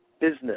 business